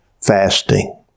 fasting